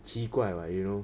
奇怪 [what] you know